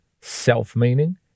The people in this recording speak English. self-meaning